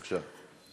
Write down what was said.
בבקשה.